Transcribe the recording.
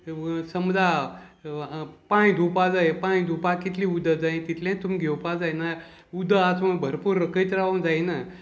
समजा पांय धुवपा जाय पांय धुवपाक कितलीं उदक जाय तितलेंच तुमी घेवपा जायना उदक आस भरपूर रकयत रावंक जायना